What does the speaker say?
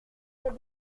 c’est